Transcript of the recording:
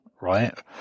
right